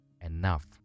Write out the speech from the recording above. enough